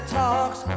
talks